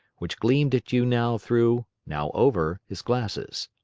which gleamed at you now through, now over, his glasses.